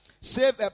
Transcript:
save